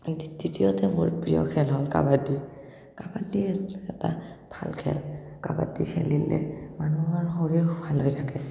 তৃতীয়তে মোৰ প্ৰিয় খেল হ'ল কাবাড্ডী কাবাড্ডী এটা ভাল খেল কাবাড্ডী খেলিলে মানুহৰ শৰীৰ ভাল হৈ থাকে